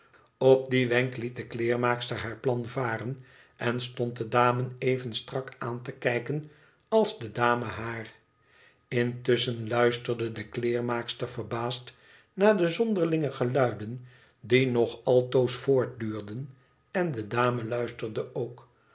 op dien wenk liet de kleermaakster haar plan varen en stond de dame even strak aan te kijken als de dame haar intusschen luisterde de kleermaakster verbaasd naar de zonderlinge geluiden die nog altoos voortduurden en de dame luisterde ook